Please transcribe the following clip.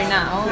now